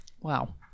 Wow